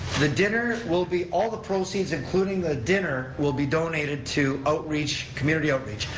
the dinner will be, all the proceeds including the dinner will be donated to outreach, community outreach.